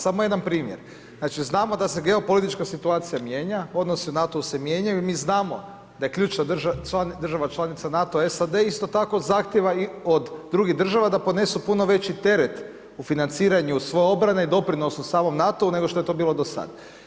Samo jedan primjer, znači, znamo da se geopolitička situacija mijenja, odnosi u NATO-u se mijenjaju, mi znamo da je ključ država članica NATO, SAD isto tako zahtijeva i od drugih država da podnesu puno veći teret u financiranju svoje obrane i doprinosu samom NATO-u nego što je to bilo do sad.